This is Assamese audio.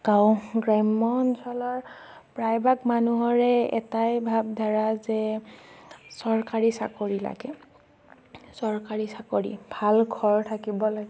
গাঁও গ্ৰাম্য অঞ্চলৰ প্ৰায় ভাগ মানুহৰে এটাই ভাবধাৰা যে চৰকাৰী চাকৰি লাগে চৰকাৰী চাকৰি ভাল ঘৰ থাকিব লাগিব